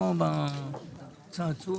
לא בצעצוע